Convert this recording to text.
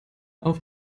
auf